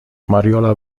mariola